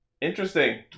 Interesting